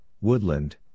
Woodland